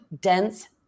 dense